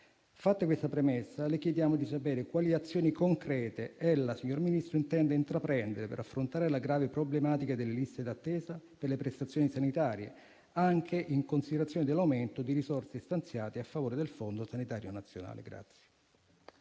Fatta questa premessa, le chiediamo di sapere quali azioni concrete ella, signor Ministro, intende intraprendere per affrontare la grave problematica delle liste d'attesa per le prestazioni sanitarie, anche in considerazione dell'aumento di risorse stanziate a favore del fondo sanitario nazionale.